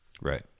Right